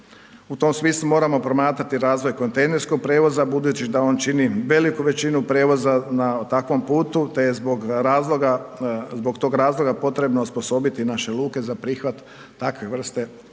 u tom smislu moramo promatrati razvoj kontejnerskog prijevoza budući da on čini veliku većinu prijevoza na takvom putu, te je zbog razloga zbog tog razloga potrebno osposobiti naše luke za prihvat takve vrste tereta.